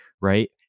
right